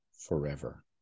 forever